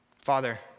Father